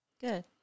Good